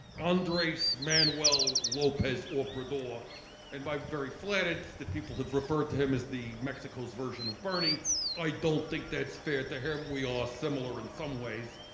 andres manuel lopez obrador and iim very flattered that people have referred to him as the mexico's version of bernie i don't think that's fair to him we are similar in some ways.